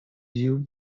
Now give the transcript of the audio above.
view